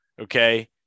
okay